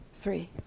Three